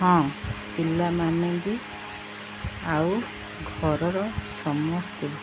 ହଁ ପିଲାମାନେ ବି ଆଉ ଘରର ସମସ୍ତେ